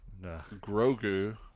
Grogu